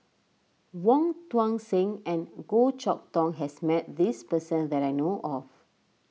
Wong Tuang Seng and Goh Chok Tong has met this person that I know of